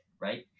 Right